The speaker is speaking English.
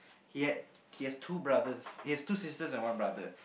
he had he has two brothers he has two sisters and one brother